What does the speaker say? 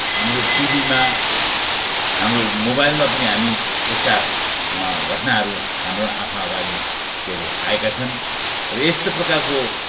हाम्रो टिभीमा हाम्रो मोबाइलमा पनि हामी यस्ता घटनाहरू हाम्रो आँखा अगाडि के अरे आएका छन् र यस्तो प्रकारको